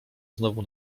znowu